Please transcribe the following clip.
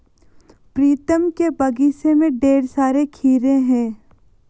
प्रीतम के बगीचे में ढेर सारे खीरे हैं